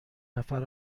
نفر